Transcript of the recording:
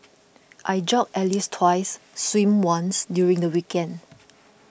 I jog at least twice swim once during the weekend